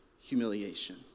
humiliation